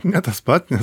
ne tas pat ne